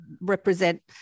represent